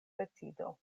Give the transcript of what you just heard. decido